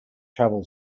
travel